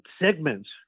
segments